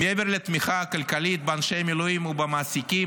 מעבר לתמיכה הכלכלית באנשי המילואים ובמעסיקים